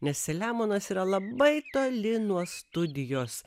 nes selemonas yra labai toli nuo studijos